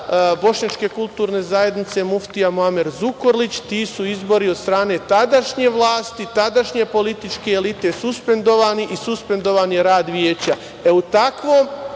Bošnjačke kulturne zajednice, muftija Muamer Zukorlić, ti su izbori, od strane tadašnje vlasti, tadašnje političke elite, suspendovani i suspendovan je rad veća.